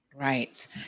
Right